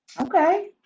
Okay